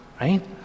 right